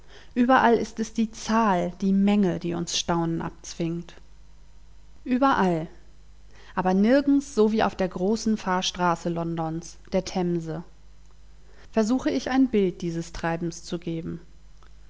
überall ist es die zahl die menge die uns staunen abzwingt überall aber nirgends so wie auf der großen fahrstraße londons der themse versuche ich ein bild dieses treibens zu geben